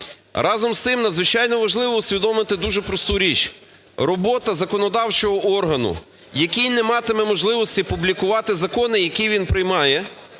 Разом з тим надзвичайно важливо усвідомити дуже просту річ: робота законодавчого органу, який не матиме можливості публікувати закони, який він приймає,